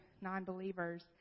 non-believers